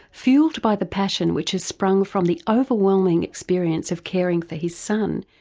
fuelled by the passion which has sprung from the overwhelming experience of caring for his son,